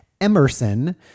Emerson